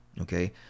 okay